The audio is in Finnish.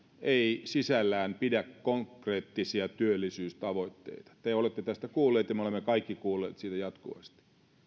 ei pidä sisällään konkreettisia työllisyystavoitteita te olette tästä kuulleet ja me olemme kaikki kuulleet siitä jatkuvasti